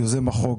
יוזם החוק,